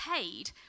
paid